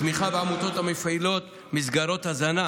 תמיכה בעמותות המפעילות מסגרות הזנה